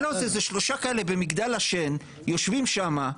זה שלושה כאלה במגדל השן שיושבים שם,